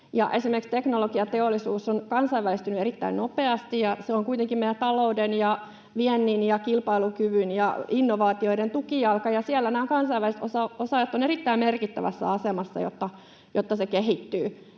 Esimerkiksi teknologiateollisuus on kansainvälistynyt erittäin nopeasti, ja se on kuitenkin meidän talouden ja viennin ja kilpailukyvyn ja innovaatioiden tukijalka, ja siellä nämä kansainväliset osaajat ovat erittäin merkittävässä asemassa, jotta se kehittyy.